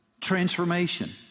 transformation